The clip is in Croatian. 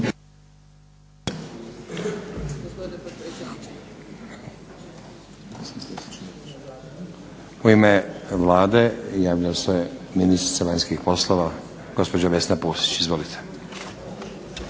U ime Vlade javlja se ministrica vanjskih poslova, gospođa Vesna Pusić. Izvolite.